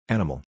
Animal